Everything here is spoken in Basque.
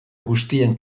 guztien